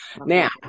Now